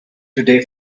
today